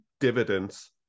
dividends